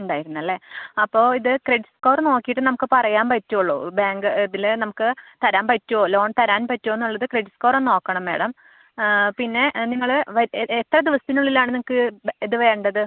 ഉണ്ടായിരുന്നല്ലേ അപ്പോൾ ഇത് ക്രെഡിറ്റ് സ്കോർ നോക്കിയിട്ട് നമുക്ക് പറയാൻ പറ്റുള്ളൂ ബാങ്ക് ഇതിൽ നമുക്ക് തരാൻ പറ്റുമോ ലോൺ തരാൻ പറ്റുമോ എന്നുള്ളത് ക്രെഡിറ്റ് സ്കോർ ഒന്ന് നോക്കണം മാഡം പിന്നെ നിങ്ങൾ എത്ര ദിവസത്തിനുള്ളിലാണ് നിങ്ങൾക്ക് ഇത് വേണ്ടത്